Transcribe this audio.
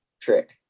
trick